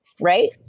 Right